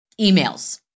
emails